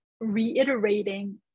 reiterating